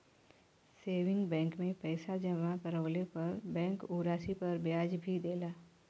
saving bank में पैसा जमा करले पर बैंक उ राशि पर ब्याज भी देला